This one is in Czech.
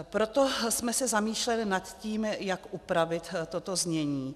Proto jsme se zamýšleli nad tím, jak upravit toto znění.